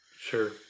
Sure